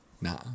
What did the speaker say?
Nah